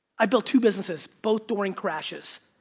i built two businesses, both during crashes,